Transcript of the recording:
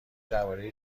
درباره